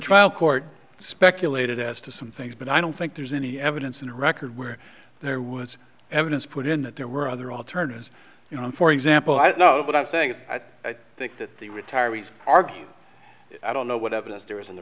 trial court speculated as to some things but i don't think there's any evidence in the record where there was evidence put in that there were other alternatives you know for example i don't know but i'm saying that i think that the retirees are going i don't know what evidence there is in the